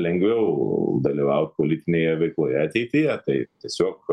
lengviau dalyvaut politinėje veikloje ateityje tai tiesiog